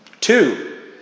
Two